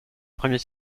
premier